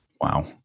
Wow